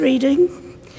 reading